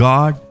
God